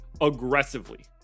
aggressively